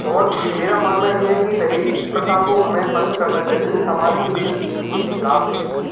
और मेरा मानना ये है कि दहेज प्रथा को हमें बंद करना चाहिए समाज के बिलकुल खिलाफ है